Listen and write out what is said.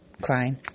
crying